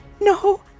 no